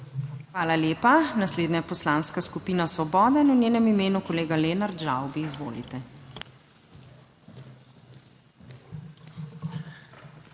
Hvala lepa. Naslednja je Poslanska skupina Svoboda, v njenem imenu kolega Lenart Žavbi. Izvolite.